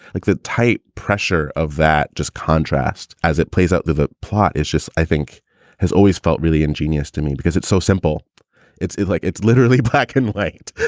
like the tight pressure of that. just contrast as it plays out the the plot is just i think has always felt really ingenious to me because it's so simple it's like it's literally black and white.